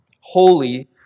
Holy